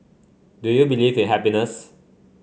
do you believe in happiness